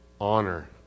honor